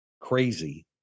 crazy